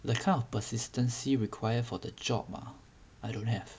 the kind of persistency required for the job mah I don't have